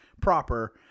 proper